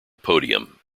podium